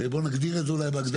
בוא נגדיר את זה בהגדרה.